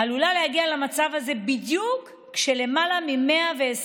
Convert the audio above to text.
עלולה להגיע למצב הזה בדיוק כשלמעלה מ-120